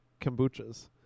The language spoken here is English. kombuchas